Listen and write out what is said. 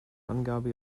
angabe